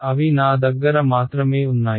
అవి నా దగ్గర మాత్రమే ఉన్నాయి